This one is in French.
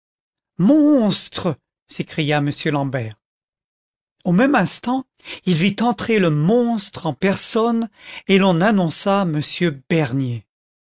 monstre s'écria m l'ambert au même instant il vit entrer le monstre en personne et l'on annonça m bernier